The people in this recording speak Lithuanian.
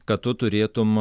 kad tu turėtum